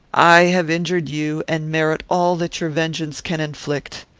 i have injured you, and merit all that your vengeance can inflict.